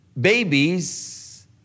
babies